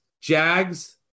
Jags